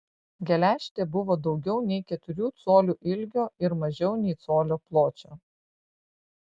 geležtė buvo daugiau nei keturių colių ilgio ir mažiau nei colio pločio